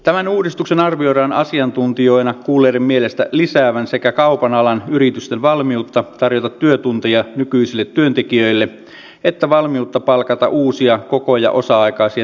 tämän uudistuksen arvioidaan asiantuntijoina kuulleiden mielestä lisäävän sekä kaupan alan yritysten valmiutta tarjota työtunteja nykyisille työntekijöille että valmiutta palkata uusia koko ja osa aikaisia työntekijöitä